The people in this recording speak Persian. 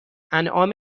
انعام